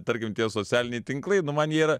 tarkim tie socialiniai tinklai man jie yra